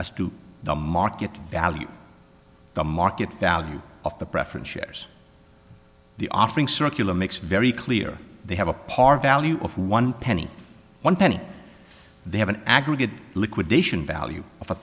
to the market value the market value of the preference shares the offering circular makes very clear they have a par value of one penny one penny they have an aggregate liquidation value of a